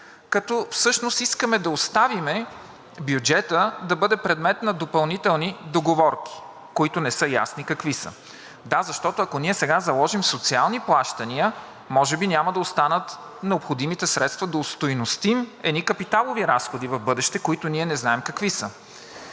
като всъщност искаме да оставим бюджета да бъде предмет на допълнителни договорки, които не са ясни какви са. (Реплики.) Да, защото, ако ние сега заложим социални плащания, може би няма да останат необходимите средства да остойностим едни капиталови разходи в бъдеще, които не знаем какви са.